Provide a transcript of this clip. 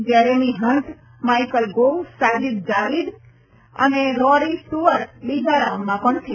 Jeremy Hunt Michael Gove Sajid Javid અને Rory Stewart બીજા રાઉન્ડમાં પણ છે